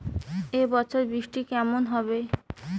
এবছর বৃষ্টি কেমন হবে?